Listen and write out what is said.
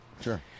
Sure